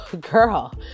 girl